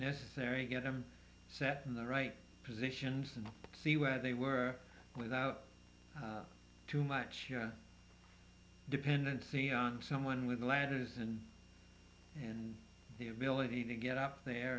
necessary get them set in the right positions and see where they were without too much dependency on someone with ladders and and the ability to get out there